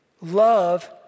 Love